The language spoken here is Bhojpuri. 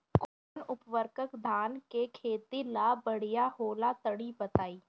कौन उर्वरक धान के खेती ला बढ़िया होला तनी बताई?